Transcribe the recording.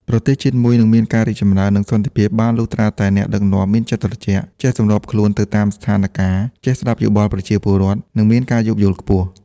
ប្រទេសជាតិមួយនឹងមានការរីកចម្រើន និងសន្តិភាពបានលុះត្រាតែអ្នកដឹកនាំមានចិត្តត្រជាក់ ចេះសម្របខ្លួនទៅតាមស្ថានការណ៍ ចេះស្ដាប់យោបល់ប្រជាពលរដ្ឋ និងមានការយោគយល់ខ្ពស់។